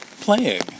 playing